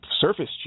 surface